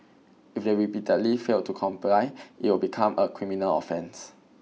if they repeatedly fail to comply it will become a criminal offence